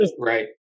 right